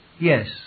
Yes